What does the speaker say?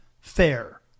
fair